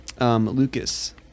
Lucas